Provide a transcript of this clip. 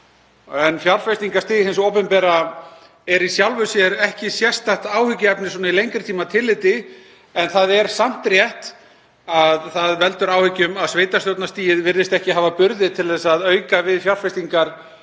Fjárfestingarstig hins opinbera er í sjálfu sér ekki sérstakt áhyggjuefni í lengri tíma tilliti en það er samt rétt að það veldur áhyggjum að sveitarstjórnarstigið virðist ekki hafa burði til að auka við fjárfestingar